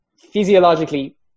physiologically